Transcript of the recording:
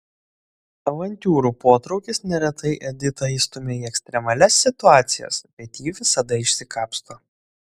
avantiūrų potraukis neretai editą įstumia į ekstremalias situacijas bet ji visada išsikapsto